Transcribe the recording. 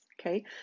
okay